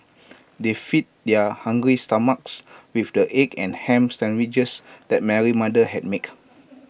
they fed their hungry stomachs with the egg and Ham Sandwiches that Mary's mother had make